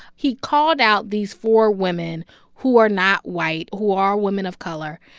he called out these four women who are not white, who are women of color.